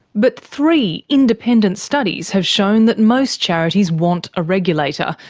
but three independent studies have shown that most charities want a regulator,